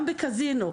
גם בקזינו,